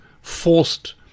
forced